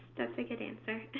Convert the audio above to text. that's a good answer.